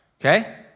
okay